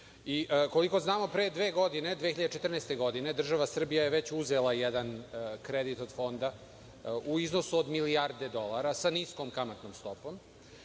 Koliko znamo, pre dve godine, 2014. godine, država Srbija je već uzela jedan kredit od fonda u iznosu od milijardu dolara, sa nikom kamatnom stopom.